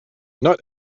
not